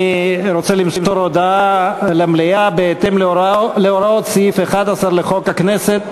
אני רוצה למסור הודעה למליאה בהתאם להוראות סעיף 11 לחוק הכנסת.